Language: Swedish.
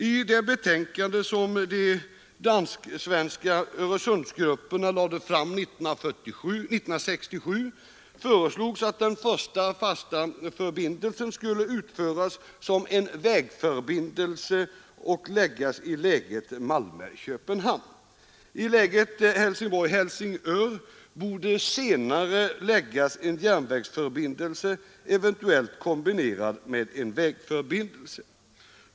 I det betänkande som de dansk-svenska Öresundsgrupperna lade fram 1967 föreslogs att den första fasta förbindelsen skulle utföras som en vägförbindelse och läggas i läget Malmö—Köpenhamn. I läget Helsingborg—-Helsingör borde senare läggas en järnvägsförbindelse, eventuellt kombinerad med en vägförbindelse.